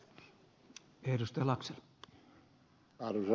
arvoisa puhemies